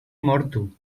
mortu